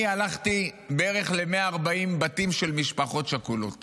אני הלכתי בערך ל-140 בתים של משפחות שכולות